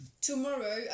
tomorrow